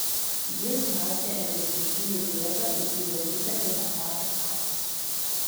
jis mąstė apie stichijų jėgą ir įvaldytą pirmapradį chaosą